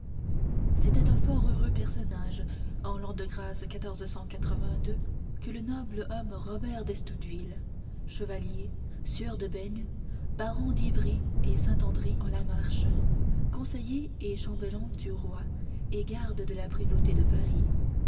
c'était un fort heureux personnage en l'an de grâce que noble homme robert d'estouteville chevalier sieur de beyne baron d'yvri et saint andry en la marche conseiller et chambellan du roi et garde de la prévôté de paris